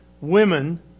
women